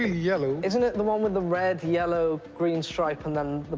yellow. isn't it the one with the red, yellow, green stripe and then